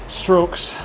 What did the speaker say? strokes